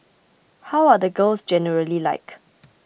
how are the girls generally like